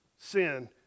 sin